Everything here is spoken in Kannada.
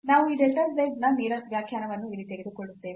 ನಾವು ಈ delta z ನ ನೇರ ವ್ಯಾಖ್ಯಾನವನ್ನು ಇಲ್ಲಿ ತೆಗೆದುಕೊಳ್ಳುತ್ತೇವೆ